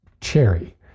cherry